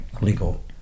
legal